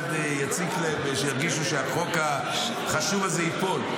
יציק להם ושירגישו שהחוק החשוב הזה ייפול.